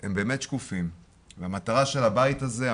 הם באמת שקופים והמטרה של הבית הזה,